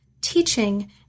teaching